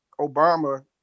Obama